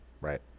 Right